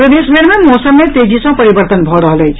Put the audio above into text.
प्रदेशभरि मे मौसम मे तेजी सँ परिर्वतन भऽ रहल अछि